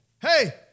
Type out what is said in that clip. hey